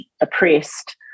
oppressed